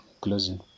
closing